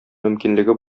мөмкинлеге